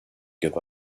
give